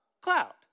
cloud